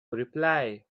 reply